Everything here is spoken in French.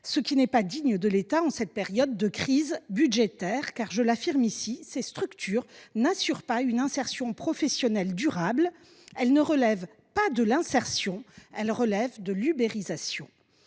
ce qui n’est pas digne de l’État en cette période de crise budgétaire. Je l’affirme ici, ces structures n’assurent pas une insertion professionnelle durable. Elles relèvent non pas de l’insertion, mais de l’ubérisation.